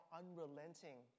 unrelenting